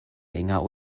länger